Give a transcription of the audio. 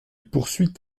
poursuit